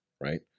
right